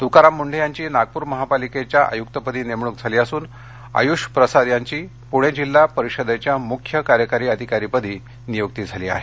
तुकाराम मुंढे यांची नागपूर महापालिकेच्या आयुक्तपदी नेमणूक झाली असून आयूष प्रसाद यांची पूणे जिल्हा परिषदेच्या मुख्य कार्यकारी अधिकारीपदी नियुक्ती झाली आहे